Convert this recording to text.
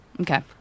Okay